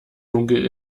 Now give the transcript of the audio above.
dunkel